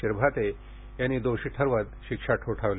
शिरभाते यांनी दोषी ठरवत शिक्षा ठोठावली